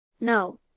No